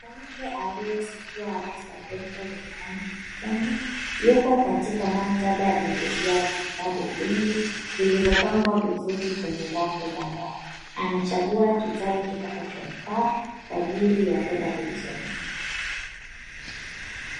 Mwanamke aliyesukia rasta ndefu za rangi nyekundu, yupo katika maktaba iliyojaa vitabu vingi vilivyopangwa vizuri kwenye rafu za mbao anachagua kitabu kitakachomfaa kwa ajili ya kwenda kujisomea.